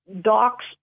Docs